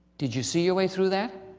did you see your way through that?